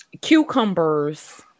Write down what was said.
cucumbers